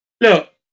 Look